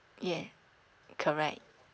yeah correct